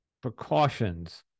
precautions